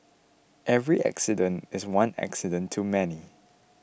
every accident is one accident too many